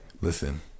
listen